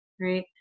right